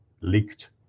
leaked